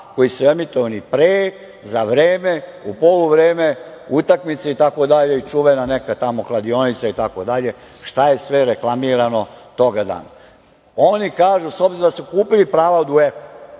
koji su emitovani pre, za vreme, u poluvreme utakmice, itd, itd, kao i čuvena neka kladionica i sve što je reklamirano toga dana. Oni kažu, s obzirom da su kupili prava od UEFA,